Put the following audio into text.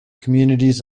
communities